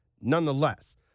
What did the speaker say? Nonetheless